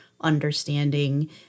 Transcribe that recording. understanding